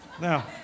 Now